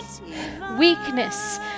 Weakness